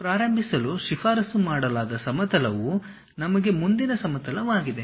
ಪ್ರಾರಂಭಿಸಲು ಶಿಫಾರಸು ಮಾಡಲಾದ ಸಮತಲವು ನಮಗೆ ಮುಂದಿನ ಸಮತಲವಾಗಿದೆ